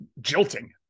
jilting